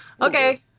Okay